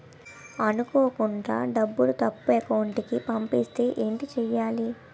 అనుకోకుండా డబ్బులు తప్పు అకౌంట్ కి పంపిస్తే ఏంటి చెయ్యాలి?